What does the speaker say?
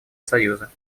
союза